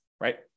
right